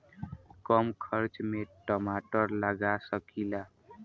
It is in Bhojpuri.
कम खर्च में टमाटर लगा सकीला?